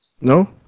No